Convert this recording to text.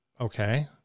Okay